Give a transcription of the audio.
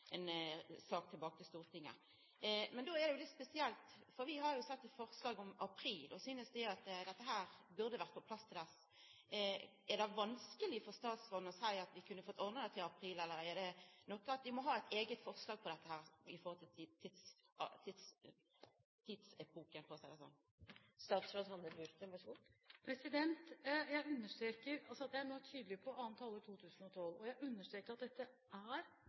ein skulle komma tilbake til Stortinget om dette andre halvår neste år, dvs. at vi mellom juni og desember kan venta oss ei sak tilbake til Stortinget. Men det er litt spesielt, for vi har jo stilt eit forslag om april og synest at dette burde vore på plass til dess. Er det vanskeleg for statsråden å seia at vi kunne ha fått ordna dette til april, eller må det vera eit eige forslag om dette når det gjeld tid, for å seia det sånn? Jeg er nå tydelig på annet halvår 2012. Jeg understreker at dette er